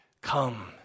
come